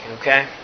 okay